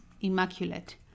immaculate